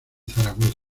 zaragoza